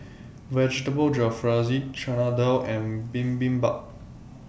Vegetable Jalfrezi Chana Dal and Bibimbap